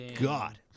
God